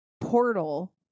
portal